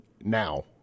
now